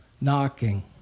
knocking